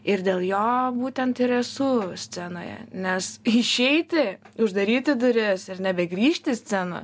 ir dėl jo būtent ir esu scenoje nes išeiti uždaryti duris ir nebegrįžti į sceną